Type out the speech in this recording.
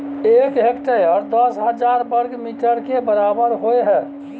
एक हेक्टेयर दस हजार वर्ग मीटर के बराबर होय हय